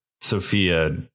Sophia